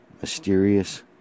Mysterious